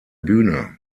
bühne